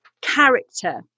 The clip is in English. character